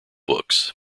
books